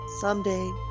someday